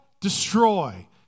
destroy